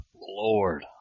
Lord